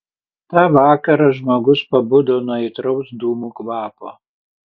tą vakarą žmogus pabudo nuo aitraus dūmų kvapo